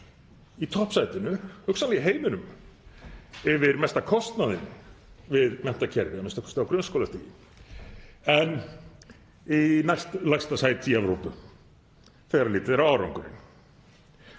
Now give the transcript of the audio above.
í toppsætinu, hugsanlega í heiminum, yfir mesta kostnaðinn við menntakerfið, a.m.k. á grunnskólastiginu, en í næstlægsta sæti í Evrópu þegar litið er á árangurinn.